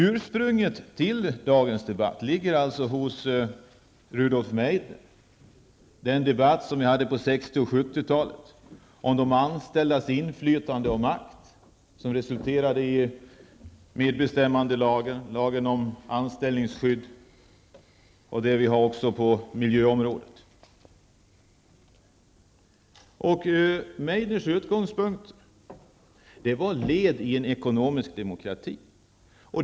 Ursprunget till dagens debatt ligger alltså hos Rudolf Meidner och den debatt som vi hade på 1960 och 1970-talet om de anställdas inflytande och makt och som resulterade i medbestämmandelagen, lagen om anställningsskydd och lagstiftningen på miljöområdet. Meidners utgångspunkt var att det gällde ett led i en ekonomisk demokrati.